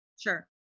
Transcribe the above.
Sure